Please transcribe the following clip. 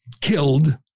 killed